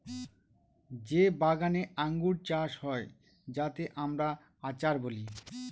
যে বাগানে আঙ্গুর চাষ হয় যাতে আমরা আচার বলি